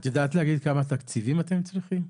את יודעת להגיד כמה תקציבים אתם צריכים?